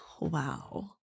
wow